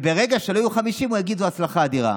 וברגע שלא יהיו 50,000 הוא יגיד: זו הצלחה אדירה.